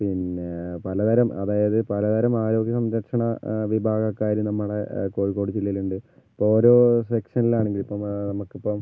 പിന്നെ പലതരം അതായത് പലതരം ആരോഗ്യ സംരക്ഷണ വിഭാഗക്കാര് നമ്മളുടെ കോഴിക്കോട് ജില്ലയില് ഉണ്ട് അപ്പം ഓരോ സെക്ഷനിലാണെങ്കിലും ഇപ്പം നമുക്കിപ്പം